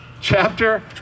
chapter